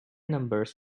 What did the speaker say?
numbers